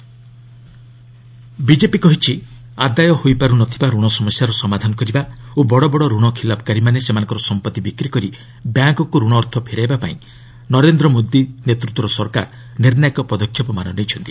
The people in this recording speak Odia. ବିକେପି ବ୍ୟାଙ୍କ୍ ଏମ୍ପିଏ ବିଜେପି କହିଛି ଆଦାୟ ହୋଇପାରୁ ନ ଥିବା ରଣ ସମସ୍ୟାର ସମାଧାନ କରିବା ଓ ବଡ଼ ବଡ଼ ଋଣ ଖିଲାପକାରୀମାନେ ସେମାନଙ୍କର ସମ୍ପତ୍ତି ବିକ୍ରିକରି ବ୍ୟାଙ୍କ୍କୁ ରଣ ଅର୍ଥ ଫେରାଇବାପାଇଁ ନରେନ୍ଦ୍ର ମୋଦି ନେତୃତ୍ୱର ସରକାର ନିର୍ଣ୍ଣାୟକ ପଦକ୍ଷେପମାନ ନେଇଛନ୍ତି